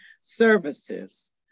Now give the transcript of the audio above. Services